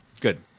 Good